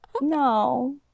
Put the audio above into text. no